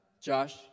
Josh